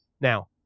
Now